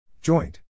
Joint